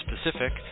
specific